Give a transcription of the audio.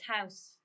house